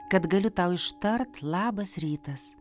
kad galiu tau ištart labas rytas